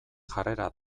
jarrera